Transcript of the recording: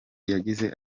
yagize